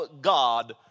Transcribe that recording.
God